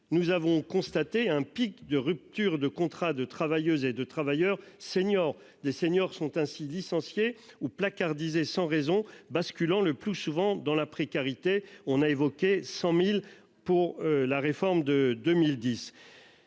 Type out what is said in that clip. Nous avons constaté un pic de rupture de contrat de travailleuses et de travailleurs seniors des seniors sont ainsi licenciés ou placardisés sans raison basculant, le plus souvent dans la précarité. On a évoqué 100.000 pour la réforme de 2010.